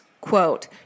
quote